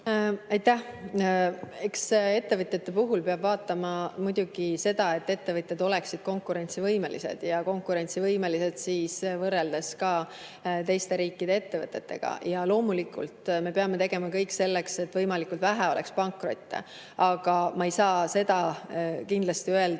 Aitäh! Eks ettevõtete puhul peab muidugi vaatama, et ettevõtted oleksid konkurentsivõimelised ja konkurentsivõimelised võrreldes ka teiste riikide ettevõtetega. Loomulikult me peame tegema kõik selleks, et võimalikult vähe oleks pankrotte. Aga ma ei saa seda kindlasti öelda,